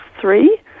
three